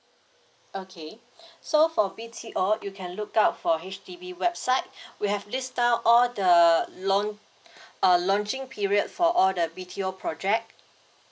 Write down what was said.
okay so for B_T_O you can look out for H_D_B website we have list down all the the launch uh launching period for all the B_T_O project